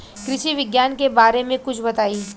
कृषि विज्ञान के बारे में कुछ बताई